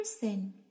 person